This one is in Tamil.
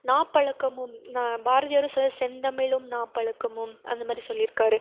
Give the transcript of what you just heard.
நாப்பழக்கமும் பாரதியாரும் சொ செந்தமிழும் நாப்பழக்கமும் அந்த மாதிரி சொல்லிருக்கார்